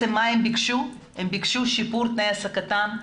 הם ביקשו שיפור תנאי העסקתם.